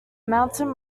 mountain